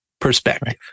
perspective